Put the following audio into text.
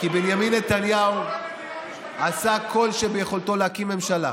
כי בנימין נתניהו עשה כל שביכולתו להקים ממשלה.